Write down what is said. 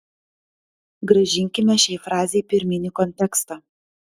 grąžinkime šiai frazei pirminį kontekstą